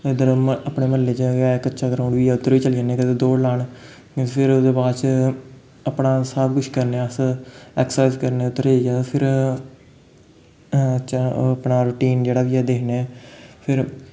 इद्धर अपने म्ह्ल्ले च गै ऐ कच्चा ग्राउंड बी ऐ उद्धर बी चली जन्नें कदें दौड़ लान फिर ओह्दे बाद च अपना सब किश करनें अस ऐक्सर्साइज करनें उद्धर जाइयै फिर अपना रोटीन जो बी ऐ दिक्खनें फिर